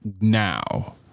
now